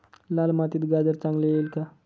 लाल मातीत गाजर चांगले येईल का?